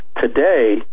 today